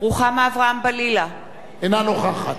אינה נוכחת עפו אגבאריה,